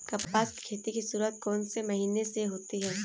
कपास की खेती की शुरुआत कौन से महीने से होती है?